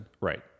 Right